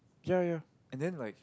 ya ya and then like